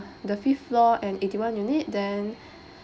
the fifth floor and eighty one unit then